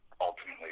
ultimately